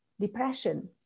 depression